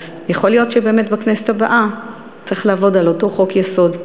אז יכול להיות שבאמת בכנסת הבאה צריך לעבוד על אותו חוק-יסוד,